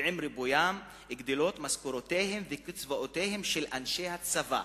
ועם ריבוין גדלות משכורותיהם וקצבאותיהם של אנשי הצבא.